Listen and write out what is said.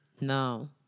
no